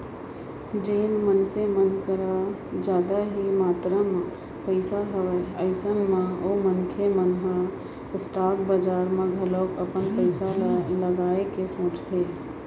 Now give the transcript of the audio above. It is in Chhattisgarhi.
जेन मनसे मन कर जादा ही मातरा म पइसा हवय अइसन म ओ मनखे मन ह स्टॉक बजार म घलोक अपन पइसा ल लगाए के सोचथे